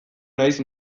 naiz